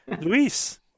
Luis